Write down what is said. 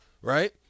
right